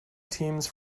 teams